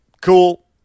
Cool